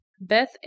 beth